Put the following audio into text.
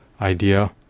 idea